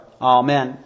Amen